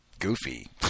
Goofy